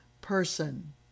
person